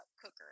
cooker